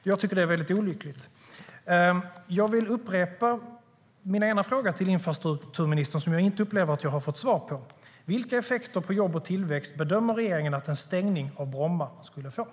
Jag tycker att det är väldigt olyckligt.